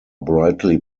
brightly